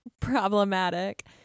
problematic